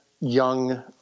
young